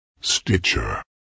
Stitcher